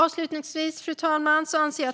Avslutningsvis, fru talman, anser